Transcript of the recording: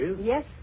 Yes